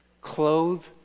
Clothe